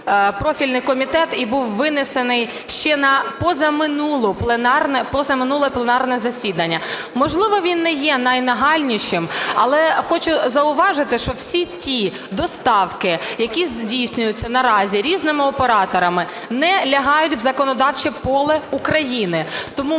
профільний комітет і був винесений ще на позаминуле пленарне засідання. Можливо, він не є найнагальнішим, але хочу зауважити, що всі ті доставки, які здійснюються наразі різними операторами, не лягають в законодавче поле України. Тому ми